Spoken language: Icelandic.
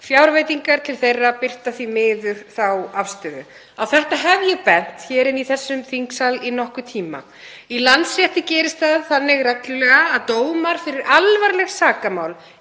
Fjárveitingar til þeirra birta því miður þá afstöðu. Á þetta hef ég bent hér inni í þessum þingsal í nokkurn tíma. Í Landsrétti gerist það þannig reglulega að dómar fyrir alvarleg sakamál